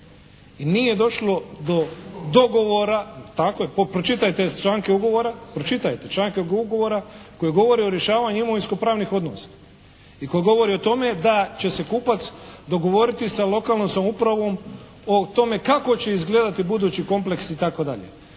I nije došlo do dogovora, tako je, pročitajte članke ugovora, pročitajte članke ugovora koji govore o rješavanju imovinsko-pravnih odnosa. I koji govori o tome da će se kupac dogovoriti sa lokalnom samoupravom o tome kako će izgledati budući kompleks itd.